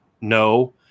No